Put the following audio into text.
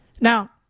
Now